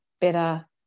Better